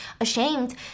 ashamed